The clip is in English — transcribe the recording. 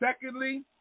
Secondly